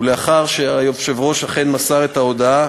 ולאחר שהיושב-ראש מסר את ההודעה,